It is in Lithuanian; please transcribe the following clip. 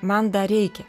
man dar reikia